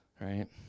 right